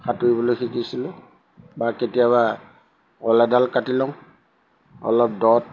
সাঁতুৰিবলৈ শিকিছিলোঁ বা কেতিয়াবা কল এডাল কাটি লওঁ অলপ দত